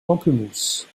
pamplemousses